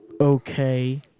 okay